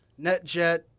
NetJet